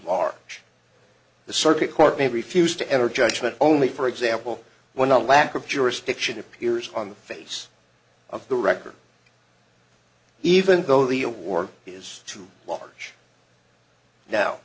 the circuit court may refuse to enter judgment only for example when a lack of jurisdiction appears on the face of the record even though the a war is too large now